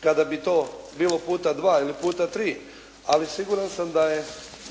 kada bi to bilo puta 2 ili puta 3, ali siguran sam da je